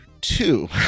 two